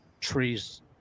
trees